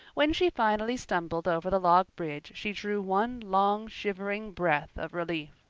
when she finally stumbled over the log bridge she drew one long shivering breath of relief.